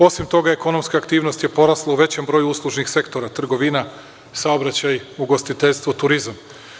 Osim toga, ekonomska aktivnost je porasla u većem broju uslužnih sektora, trgovina, saobraćaj, ugostiteljstvo, turizam.